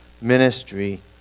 ministry